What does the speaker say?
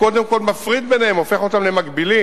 קודם כול מפריד ביניהם, הופך אותם למקבילים,